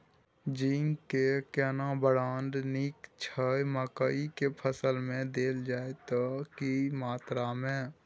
Zinc के केना brand नीक छैय मकई के फसल में देल जाए त की मात्रा में?